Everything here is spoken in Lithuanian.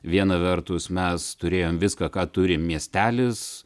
viena vertus mes turėjom viską ką turi miestelis